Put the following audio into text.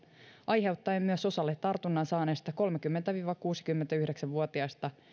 aiheuttaen myös osalle tartunnan saaneista kolmekymmentä viiva kuusikymmentäyhdeksän vuotiaista